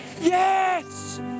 Yes